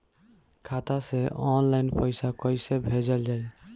खाता से ऑनलाइन पैसा कईसे भेजल जाई?